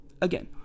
Again